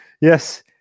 Yes